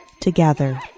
together